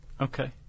Okay